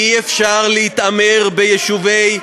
אי-אפשר להתעמר ביישובי,